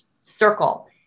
circle